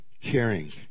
caring